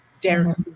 Derek